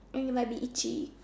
and it might be itchy